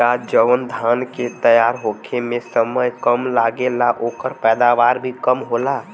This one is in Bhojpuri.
का जवन धान के तैयार होखे में समय कम लागेला ओकर पैदवार भी कम होला?